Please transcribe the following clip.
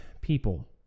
people